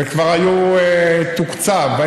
וכבר תוקצב,